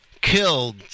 killed